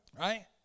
Right